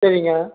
சரிங்க